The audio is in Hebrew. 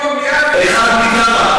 זה הוויכוח, אחד מכמה?